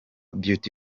beauty